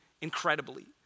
incredibly